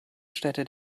städte